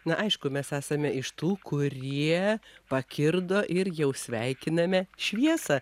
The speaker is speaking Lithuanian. na aišku mes esame iš tų kurie pakirdo ir jau sveikiname šviesą